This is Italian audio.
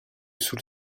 sul